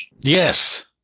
Yes